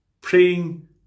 praying